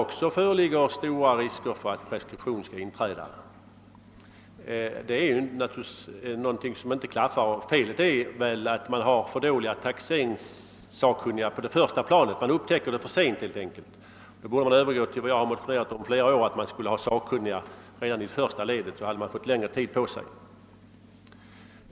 även där föreligger stora risker för att preskription skall inträda. Det är alltså uppenbart att något inte klaffar, och felet är väl att man har för dåliga taxeringssakkunniga på det första planet — brotten upptäcks helt enkelt för sent. Man borde övergå till ett sådant system, som jag motionerat om under flera år, nämligen med sakkunniga redan i första ledet. Då skulle man få längre tid på sig sedan skattefusket upptäckts.